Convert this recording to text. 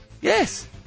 yes